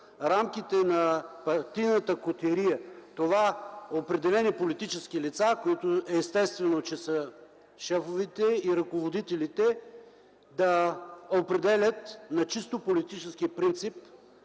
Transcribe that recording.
рамките на партийната котерия – определени политически лица, които са шефовете и ръководителите, да определят на чисто политически принцип